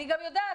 אני יודעת,